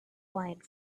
wine